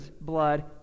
blood